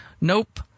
Nope